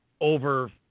over